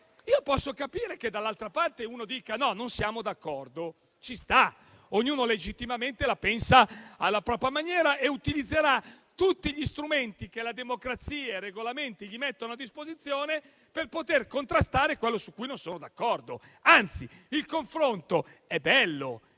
Io posso capire che dall'altra parte si dica che non si è d'accordo. Ci sta: ognuno legittimamente la pensa alla propria maniera e utilizzerà tutti gli strumenti che la democrazia e i regolamenti gli mettono a disposizione per poter contrastare quello su cui non è d'accordo. Anzi, il confronto è bello